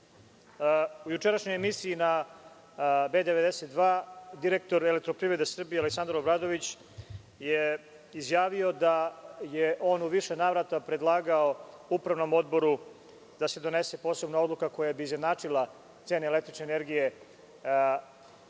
jučerašnjoj emisiji na B92, direktor „Elektroprivrede Srbije“, Aleksandar Obradović je izjavio da je on u više navrata predlagao Upravnom odboru, da se donese posebna odluka koja bi izjednačila cene električne energije na nivou